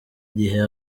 gihe